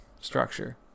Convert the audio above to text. structure